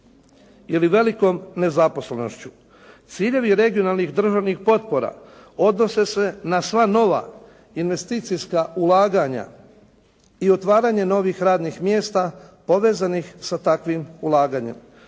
ili velikom nezaposlenošću. Ciljevi regionalnih državnih potpora odnose se na sva nova investicijska ulaganja i otvaranje novih radnih mjesta povezanih sa takvim ulaganjem.